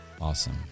Awesome